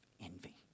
Envy